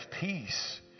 peace